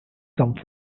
come